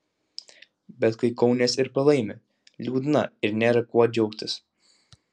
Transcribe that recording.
bet kai kaunies ir pralaimi liūdna ir nėra kuo džiaugtis